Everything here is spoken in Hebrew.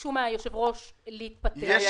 ביקשו מהיושב-ראש להתפטר, והעמותה אושרה.